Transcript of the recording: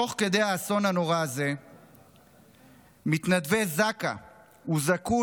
תוך כדי האסון הנורא הזה מתנדבי זק"א הוזעקו